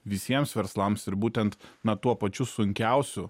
visiems verslams ir būtent na tuo pačiu sunkiausiu